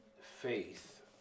faith